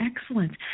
excellent